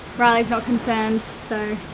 riley's not concerned, so